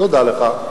תודה לך.